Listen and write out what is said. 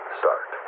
start